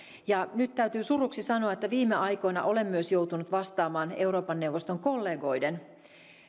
ja nyt täytyy suruksi sanoa että viime aikoina olen myös joutunut vastaamaan euroopan neuvoston kollegoiden